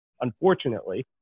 unfortunately